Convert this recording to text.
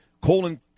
Colon